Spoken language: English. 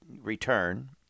return